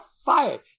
fired